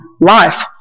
life